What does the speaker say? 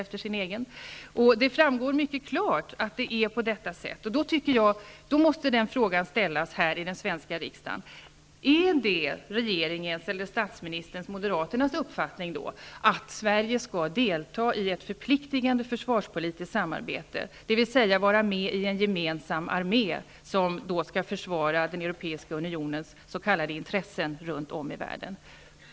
Frågan måste ställas i den svenska riksdagen: Är det regeringens eller statsministerns och Moderaternas uppfattning, att Sverige skall delta i ett förpliktigande försvarspolitiskt samarbete, dvs. vara med i en gemensam armé, som skall försvara den europeiska unionens s.k. intressen runt om i världen?